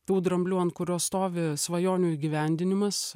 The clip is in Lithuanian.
tų dramblių ant kurio stovi svajonių įgyvendinimas